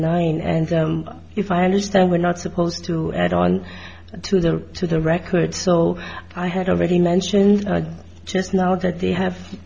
nine and if i understand we're not supposed to add on to the to the record so i had already mentioned just now that they have